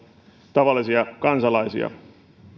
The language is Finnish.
tavallisia kansalaisia